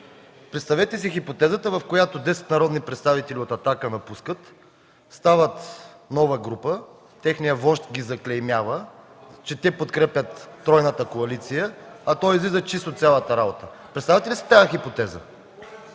Представете си хипотезата, в която десет народни представители от „Атака” напускат, стават нова група, техният вожд ги заклеймява, че те подкрепят тройната коалиция, а той излиза чист от цялата работа. Представяте ли си тази хипотеза?